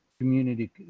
Community